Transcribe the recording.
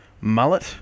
mullet